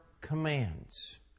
commands